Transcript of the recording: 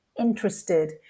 interested